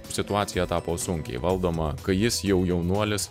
situacija tapo sunkiai valdoma kai jis jau jaunuolis